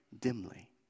dimly